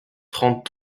trente